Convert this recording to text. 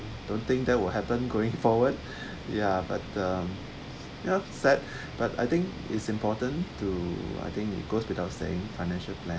don't think that will happen going forward ya but um you upset but I think it's important to I think it goes without saying financial planning